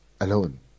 alone